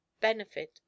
benefit